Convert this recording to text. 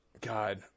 God